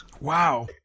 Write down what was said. Wow